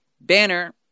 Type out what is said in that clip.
Banner